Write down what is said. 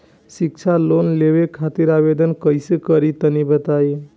शिक्षा लोन लेवे खातिर आवेदन कइसे करि तनि बताई?